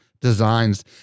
designs